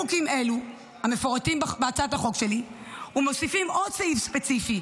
באים חוקים אלו המפורטים בהצעת החוק שלי ומוסיפים עוד סעיף ספציפי,